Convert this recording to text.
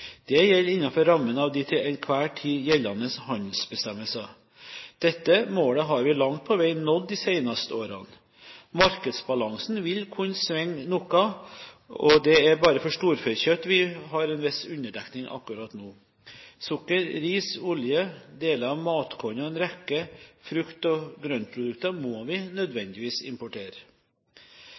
Det gjelder innenfor rammen av de til enhver tid gjeldende handelsbestemmelser. Dette målet har vi langt på vei nådd de seneste årene. Markedsbalansen vil kunne svinge noe, og det er bare for storfekjøtt vi har en viss underdekning akkurat nå. Sukker, ris, olje, deler av matkornet og en rekke frukt- og grøntprodukter må vi nødvendigvis importere.